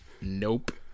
nope